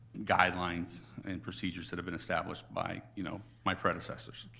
guidelines and procedures that have been established by, you know, my predecessors,